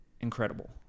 incredible